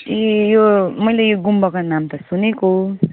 ए यो मैले यो गुम्बाको नाम त सुनेको हो